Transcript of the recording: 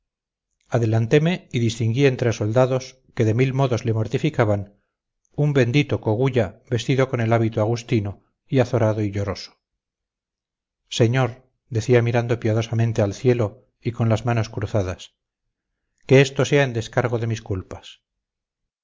adelanteme y distinguí entre soldados que de mil modos le mortificaban a un bendito cogulla vestido con el hábito agustino y azorado y lloroso señor decía mirando piadosamente al cielo y con las manos cruzadas que esto sea en descargo de mis culpas